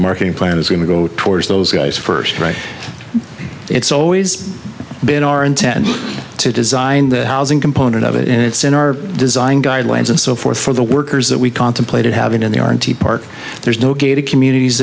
marketing plan is going to go towards those guys first right it's always been our intent to design the housing component of it and it's in our design guidelines and so forth for the workers that we contemplated having in the are in t park there's no gated communities